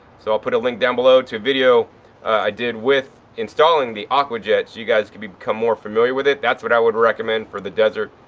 so i'll put a link down below to a video i did with installing the aquajet so you guys could become more familiar with it. that's what i would recommend for the desert.